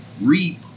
reap